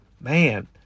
man